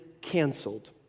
canceled